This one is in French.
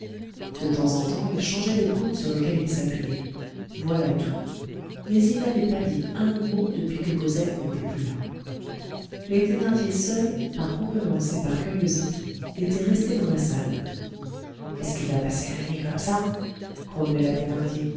de temps en temps il changeait le coude sur lequel il s'appuyait voilà tout mais il n'avait pas dit un mot depuis que cosette n'était plus là les thénardier seuls par convenance et par curiosité étaient restés dans la salle est-ce qu'il va passer la nuit comme ça